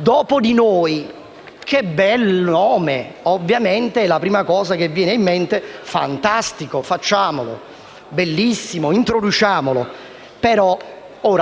«Dopo di noi», che bel nome! Ovviamente, la prima cosa che viene in mente è: fantastico, facciamolo! Bellissimo, introduciamolo! Ora, però,